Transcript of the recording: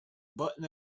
button